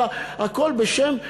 אלא בשם,